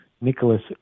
Nicholas